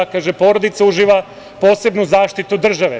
Kaže – porodica uživa posebnu zaštitu države.